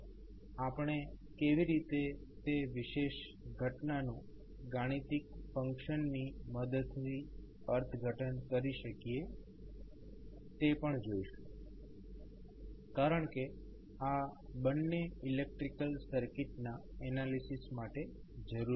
તો આપણે કેવી રીતે તે વિશેષ ઘટનાનું ગાણિતિક ફંક્શન ની મદદથી અર્થઘટન કરી શકીએ તે પણ જોઈશું કારણકે આ બંને ઇલેક્ટ્રિકલ સર્કિટના એનાલિસીસ માટે જરૂરી છે